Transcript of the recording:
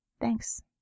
Thanks